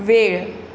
वेळ